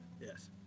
Yes